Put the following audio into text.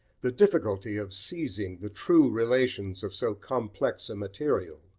the difficulty of seizing the true relations of so complex a material,